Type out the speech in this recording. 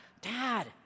Dad